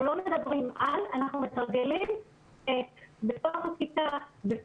אנחנו מדברים על תוכנית התפתחותית שמתחילה מהגיל הרך ומסתיימת בי"ב.